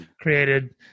created